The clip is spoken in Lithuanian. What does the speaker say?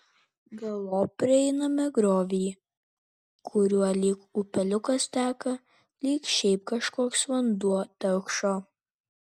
galop prieiname griovį kuriuo lyg upeliukas teka lyg šiaip kažkoks vanduo telkšo